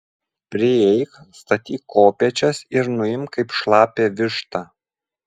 prieik statyk kopėčias ir nuimk kaip šlapią vištą